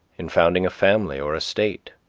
in founding a family or a state,